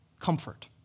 comfort